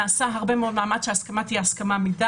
נעשו הרבה דברים כדי שההסכמה תהיה מדעת,